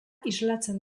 islatzen